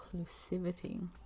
inclusivity